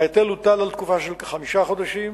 ההיטל הוטל בתקופה של כחמישה חודשים.